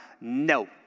No